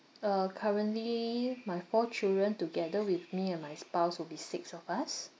uh currently my four children together with me and my spouse will be six of us